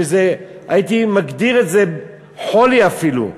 הייתי מגדיר את זה חולי אפילו,